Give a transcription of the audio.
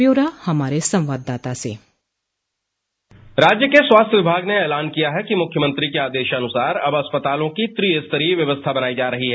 ब्यौरा हमारे संवाददाता से राज्य के स्वास्थ्य विभाग ने ऐलान किया है कि मुख्यमंत्री के आदेशानुसार अब अस्पतालों की त्रिस्तरीय व्यवस्था बनाई जा रही है